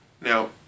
Now